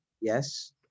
Yes